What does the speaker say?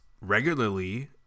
regularly